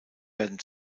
werden